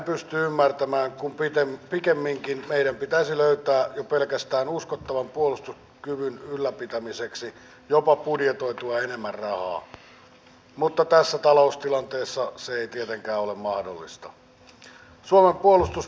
sitten mitä tulee hallituksen valmistelemiin asioihin niin kauan kuin asia on vielä hallituksessa ei ole olemassa lakiesitystä eduskunnalle se on avoin ja siihen pystytään vaikuttamaan